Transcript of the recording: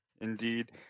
indeed